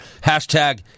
Hashtag